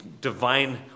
divine